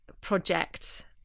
project